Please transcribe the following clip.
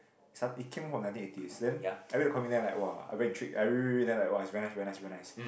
it came from nineteen eighties then I read the comic then I like [wah] I very intrigued I read read read then like [wah] is very nice very nice very nice